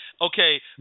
Okay